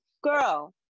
Girl